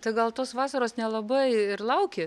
tai gal tos vasaros nelabai ir lauki